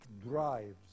drives